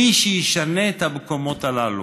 מי שישנה את המקומות הללו,